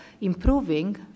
improving